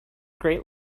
great